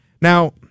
Now